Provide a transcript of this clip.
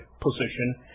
position